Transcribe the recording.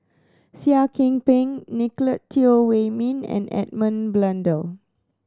Seah Kian Peng Nicolette Teo Wei Min and Edmund Blundell